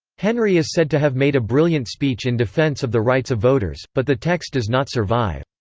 henry is said to have made a brilliant speech in defense of the rights of voters, but the text does not survive.